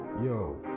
Yo